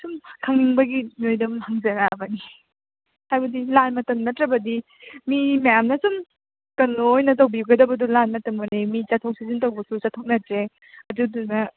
ꯁꯨꯝ ꯈꯪꯅꯤꯡꯕꯒꯤ ꯅꯣꯏꯗ ꯍꯪꯖꯔꯛꯂꯕꯅꯤ ꯍꯥꯏꯕꯗꯤ ꯂꯥꯟ ꯃꯇꯝ ꯅꯠꯇ꯭ꯔꯕꯗꯤ ꯃꯤ ꯃꯌꯥꯝꯅ ꯁꯨꯝ ꯀꯩꯅꯣ ꯑꯣꯏꯅ ꯇꯧꯕꯤꯒꯗꯕꯗꯨ ꯂꯥꯟ ꯃꯇꯝ ꯑꯣꯏꯔꯗꯤ ꯆꯠꯊꯣꯛ ꯆꯠꯁꯤꯟ ꯇꯧꯕꯁꯨ ꯆꯠꯊꯣꯛꯅꯗ꯭ꯔꯦ ꯑꯗꯨꯗꯨꯅ